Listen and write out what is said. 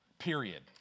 period